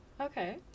Okay